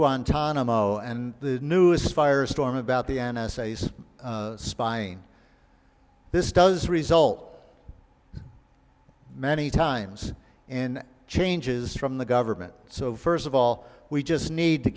guantanamo and the news firestorm about the n s a s spying this does result many times in changes from the government so first of all we just need to